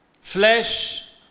flesh